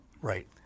Right